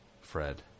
fred